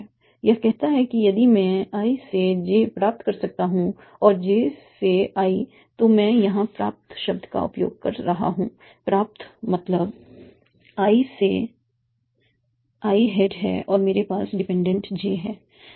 यह कहता है कि यदि मैं i से j प्राप्त कर सकता हूँ और j से i तो मैं यहाँ प्राप्त शब्द का उपयोग कर रहा हूँ प्राप्त मतलब i से i हेड है और मेरे पास डिपेंडेंट j है